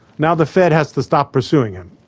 now the fed has to stop pursuing him.